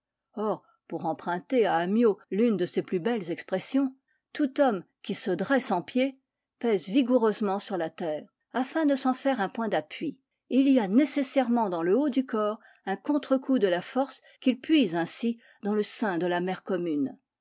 or pour emprunter à amyot l'une de ses plus belles expressions tout homme qui se dresse en pied pèse vigoureusement sur la terre afin de s'en faire un point d'appui et il y a nécessairement dans le haut du corps un contrecoup de la force qu'il puise ainsi dans le sein de la mère commune